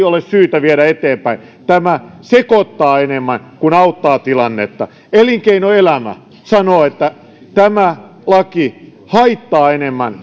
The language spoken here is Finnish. ole syytä viedä eteenpäin tämä sekoittaa enemmän kuin auttaa tilannetta elinkeinoelämä sanoo että tämä laki haittaa enemmän